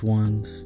ones